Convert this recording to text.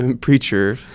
preacher